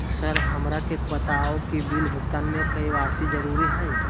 Sir हमरा के बताओ कि बिल भुगतान में के.वाई.सी जरूरी हाई?